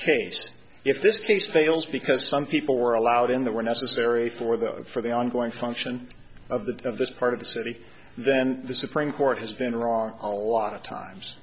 case fails because some people were allowed in that were necessary for the for the ongoing function of the of this part of the city then the supreme court has been wrong a lot of times